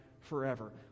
forever